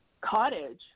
cottage